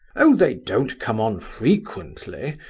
oh, they don't come on frequently,